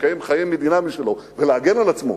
ולקיים חיי מדינה משלו ולהגן על עצמו.